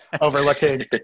overlooking